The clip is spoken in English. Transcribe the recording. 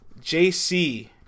JC